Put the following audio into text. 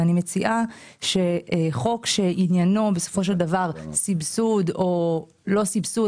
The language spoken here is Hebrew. ואני מציעה שחוק שעניינו בסופו של דבר סבסוד או לא סבסוד,